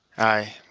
ay,